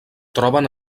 troben